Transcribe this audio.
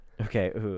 Okay